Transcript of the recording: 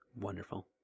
wonderful